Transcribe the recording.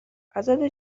ازاده